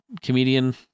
comedian